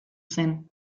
zen